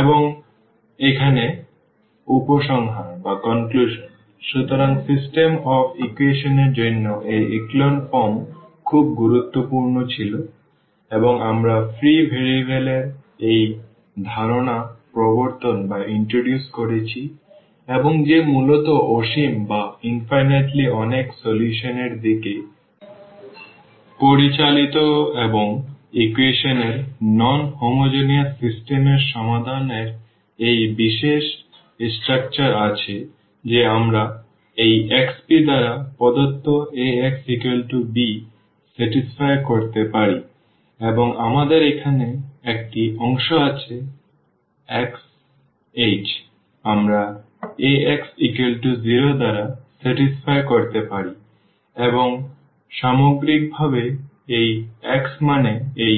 এবং এখানে উপসংহার সুতরাং সিস্টেম অফ ইকুয়েশন এর জন্য এই echelon form খুব গুরুত্বপূর্ণ ছিল এবং আমরা ফ্রি ভেরিয়েবল এর এই ধারণা প্রবর্তন করেছি এবং যে মূলত অসীম অনেক সমাধান এর দিকে পরিচালিত এবং ইকুয়েশন এর নন হোমোজেনিয়াস সিস্টেম এর সমাধান এর এই বিশেষ স্ট্রাকচার আছে যে আমরা এই xp দ্বারা প্রদত্ত Ax b সন্তুষ্ট করতে পারি এবং আমাদের এখানে একটি অংশ আছে xh আমরা Ax 0 দ্বারা সন্তুষ্ট করতে পারি এবং সামগ্রিকভাবে এই x মানে এই